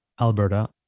Alberta